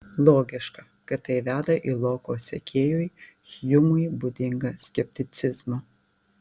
logiška kad tai veda į loko sekėjui hjumui būdingą skepticizmą